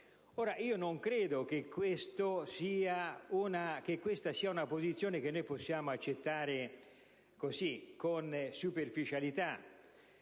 Ora, non credo che questa sia una posizione che possiamo accettare con superficialità,